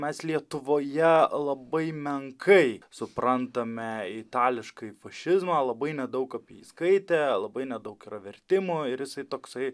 mes lietuvoje labai menkai suprantame itališkąjį fašizmą labai nedaug apie jį skaitę labai nedaug yra vertimų ir jisai toksai